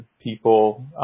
people